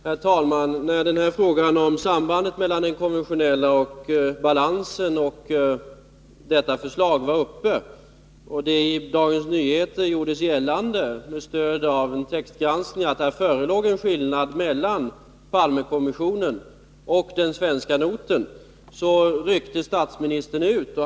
Herr talman! När denna fråga om sambandet mellan den konventionella balansen och detta förslag var uppe till diskussion och det i Dagens Nyheter gjordes gällande, med stöd av en textgranskning, att det föreligger en skillnad mellan Palmekommissionen och den svenska noten, ryckte statsministern ut.